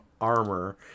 armor